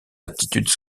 aptitudes